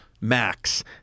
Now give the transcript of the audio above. max